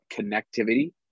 connectivity